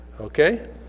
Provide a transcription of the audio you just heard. Okay